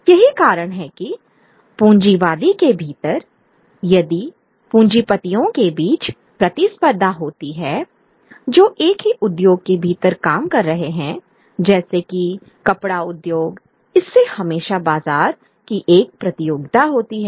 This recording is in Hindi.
यही कारण है कि पूंजीवाद के भीतर यदि पूंजीपतियों के बीच प्रतिस्पर्धा होती है जो एक ही उद्योग के भीतर काम कर रहे हैं जैसे की कपड़ा उद्योग इससे हमेशा बाजार की एक प्रतियोगिता होती है